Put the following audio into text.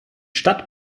stadt